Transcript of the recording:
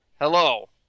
hello